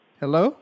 hello